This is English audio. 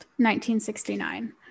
1969